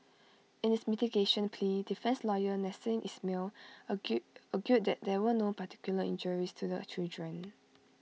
in his mitigation plea defence lawyer Nasser Ismail argue argued that there were no particular injuries to the children